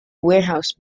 warehouse